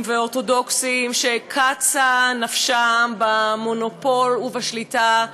ואורתודוקסים שקצה נפשם במונופול ובשליטה עליהם,